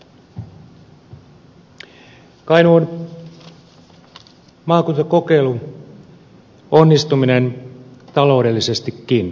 kainuun maakuntakokeilun onnistuminen taloudellisestikin on kiistaton